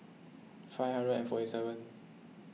five hundred and forty seven